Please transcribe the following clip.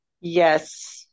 Yes